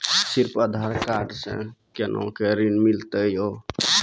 सिर्फ आधार कार्ड से कोना के ऋण मिलते यो?